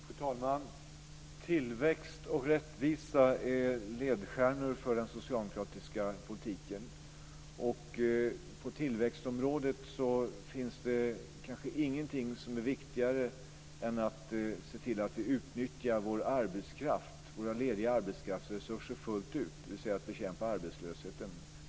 Fru talman! Tillväxt och rättvisa är ledstjärnor för den socialdemokratiska politiken, och på tillväxtområdet finns det kanske ingenting som är viktigare än att se till att vi utnyttjar våra lediga arbetskraftsresurser fullt ut, dvs. att bekämpa arbetslösheten.